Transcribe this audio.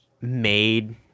made